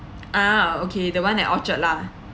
uh okay the one at orchard lah